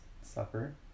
supper